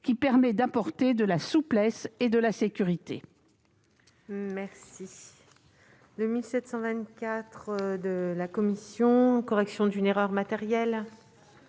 qui permet d'apporter de la souplesse et de la sécurité.